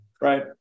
Right